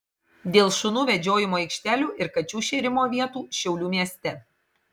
dėl šunų vedžiojimo aikštelių ir kačių šėrimo vietų šiaulių mieste